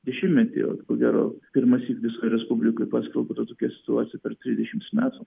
į šimtmetį ko gero pirmąsyk visoj respublikoe paskelbta tokia situacija per trisdešimt metų